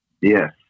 Yes